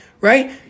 right